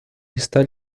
está